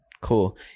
cool